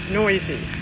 noisy